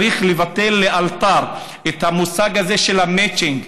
צריך לבטל לאלתר את המושג הזה של המצ'ינג.